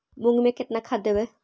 मुंग में केतना खाद देवे?